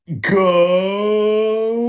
go